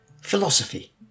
philosophy